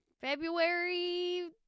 February